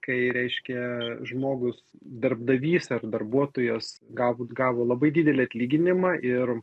kai reiškia žmogus darbdavys ar darbuotojas galbūt gavo labai didelį atlyginimą ir